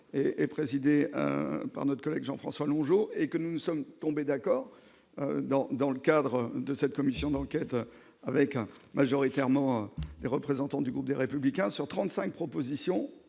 est présidée par notre collègue Jean-François longs jours et que nous sommes tombés d'accord, dans, dans le cadre de cette commission d'enquête avec un majoritairement des représentants du groupe des Républicains sur 35 propositions